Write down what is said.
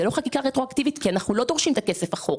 זאת לא חקיקה רטרואקטיבית כי אנחנו לא דורשים את הכסף אחורה.